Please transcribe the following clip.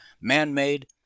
man-made